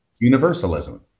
universalism